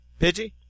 Pidgey